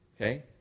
okay